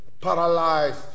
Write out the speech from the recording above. paralyzed